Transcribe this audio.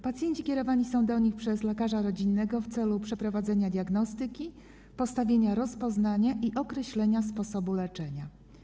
Pacjenci kierowani są do nich przez lekarza rodzinnego w celu przeprowadzenia diagnostyki, postawienia rozpoznania i określenia sposobu leczenia.